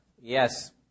yes